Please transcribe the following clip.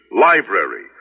library